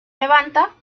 levanta